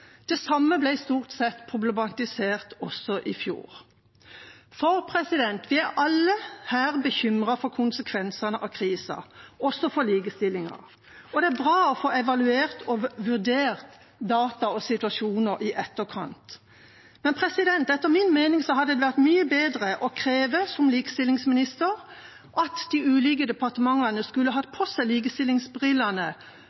Det samme ble, stort sett, problematisert også i fjor. For vi er alle her bekymret for konsekvensene av krisen, også for likestillingen, og det er bra å få evaluert og vurdert data og situasjoner i etterkant. Men etter min mening hadde det vært mye bedre å kreve som likestillingsminister at de ulike departementene skulle